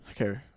Okay